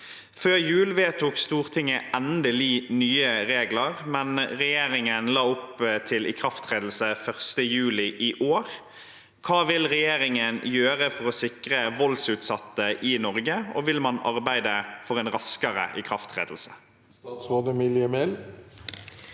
Før jul vedtok Stortinget endelig nye regler, men regjeringen legger opp til ikrafttredelse 1. juli i år. Hva vil regjeringen gjøre for å sikre voldsutsatte i Norge, og vil man arbeide for en raskere ikrafttredelse?» Statsråd Emilie Mehl